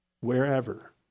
wherever